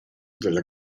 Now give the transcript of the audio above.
dalla